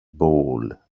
ball